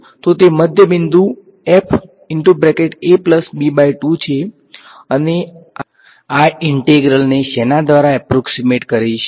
તો તે મધ્યબિંદુ છે અને આ ઈંટેગ્રલ ને શેના દ્વારા એપ્રોક્ષીમેટ કરીશ